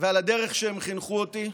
ועל הדרך שהם חינכו אותי,